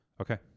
Okay